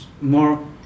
more